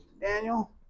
Daniel